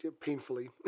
painfully